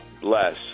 bless